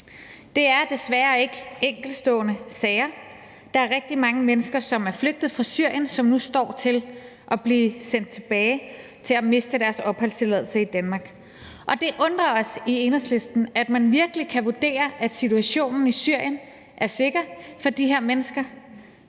Det er desværre ikke enkeltstående sager. Der er rigtig mange mennesker, som er flygtet fra Syrien, og som nu står til at blive sendt tilbage og til at miste deres opholdstilladelse i Danmark. Og det undrer os i Enhedslisten, at man virkelig kan vurdere, at situationen i Syrien er sikker for de her mennesker.